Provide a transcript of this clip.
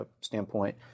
standpoint